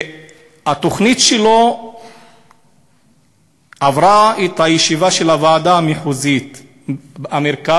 שהתוכנית שלו עברה את הישיבה של הוועדה המחוזית במרכז,